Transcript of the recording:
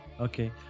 Okay